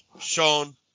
Sean